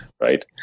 Right